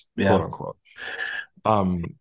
quote-unquote